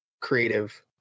creative